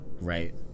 right